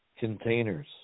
containers